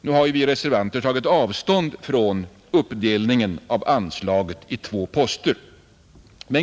Nu har ju vi reservanter tagit avstånd från uppdelningen av anslaget i två poster.